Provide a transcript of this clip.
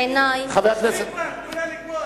בעיני, מספיק כבר, תנו לה לגמור.